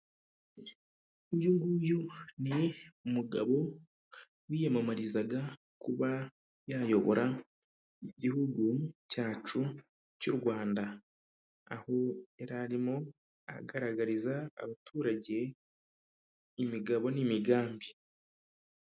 Uyu nguyu ni umugabo wiyamamarizaga kuba yayobora igihugu cyacu cy'u Rwanda, aho yari arimo agaragariza abaturage imigabo n'imigambi.